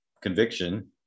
conviction